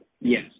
Yes